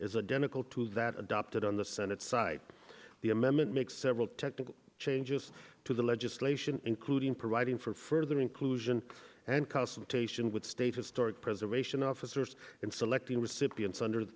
is that adopted on the senate side the amendment makes several technical changes to the legislation including providing for further inclusion and consultation with state historic preservation officers and selecting recipients under the